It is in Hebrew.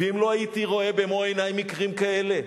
ואם לא הייתי רואה במו עיני מקרים כאלה,